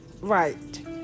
right